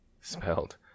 spelled